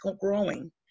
growing